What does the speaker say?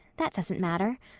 that doesn't matter.